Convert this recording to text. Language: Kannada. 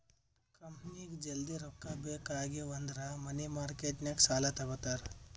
ಕಂಪನಿಗ್ ಜಲ್ದಿ ರೊಕ್ಕಾ ಬೇಕ್ ಆಗಿವ್ ಅಂದುರ್ ಮನಿ ಮಾರ್ಕೆಟ್ ನಾಗ್ ಸಾಲಾ ತಗೋತಾರ್